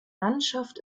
landschaft